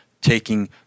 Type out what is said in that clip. taking